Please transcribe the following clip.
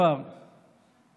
לא כולם מקבלים את החינוך הזה.